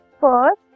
first